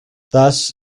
thus